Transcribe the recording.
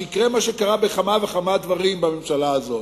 שיקרה מה שקרה בכמה וכמה דברים בממשלה הזאת,